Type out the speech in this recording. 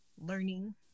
learning